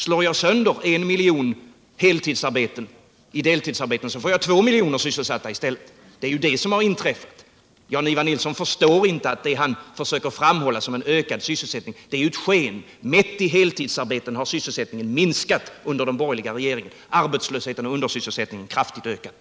Om man slår sönder en miljon heltidsarbeten i deltidsarbeten, får jag ungefär två miljoner sysselsatta i stället, och det är det som har skett. Jan-Ivan Nilsson förstår inte att det han försöker framhålla som en ökad sysselsättning är ett sken. Mätt i heltidsarbeten har sysselsättningen minskat under den borgerliga regeringens tid medan arbetslösheten och undersysselsättningen kraftigt ökat.